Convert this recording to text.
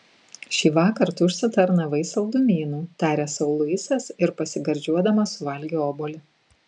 šįvakar tu užsitarnavai saldumynų tarė sau luisas ir pasigardžiuodamas suvalgė obuolį